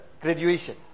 graduation